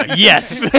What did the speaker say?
Yes